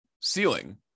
ceiling